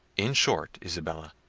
in short, isabella,